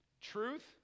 Truth